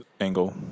angle